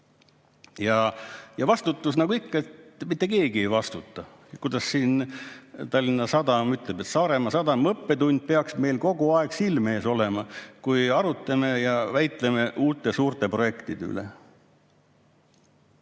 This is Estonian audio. Ja vastutusega oli nagu ikka: mitte keegi ei vastuta. Tallinna Sadam ütleb, et Saaremaa sadama õppetund peaks meil kogu aeg silme ees olema, kui arutame ja väitleme uute suurte projektide üle.